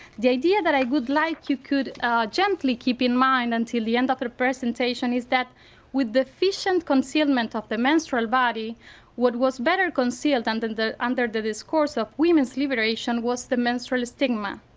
the idea that i would like you could gently keep in mind until the end of the presentation is that with the efficient concealment of the menstrual body what was better concealed and and under the discourse of women's liberation was the menstrual stigma.